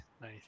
nice